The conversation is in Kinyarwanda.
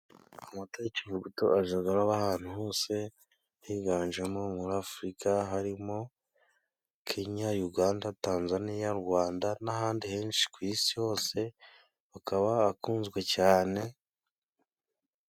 Amata y'ikivuguto ajaga aba ahantu hose higanjemo muri Afurika harimo Kenya, Uganda, Tanzaniya, Rwanda n'ahandi henshi ku isi hose akaba akunzwe cyane.